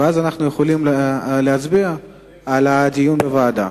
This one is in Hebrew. ואז אנחנו יכולים להצביע על הדיון בוועדה.